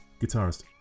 guitarist